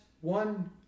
one